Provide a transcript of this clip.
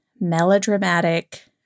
melodramatic